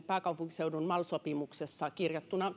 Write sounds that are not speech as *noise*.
*unintelligible* pääkaupunkiseudun mal sopimuksessa kirjattuna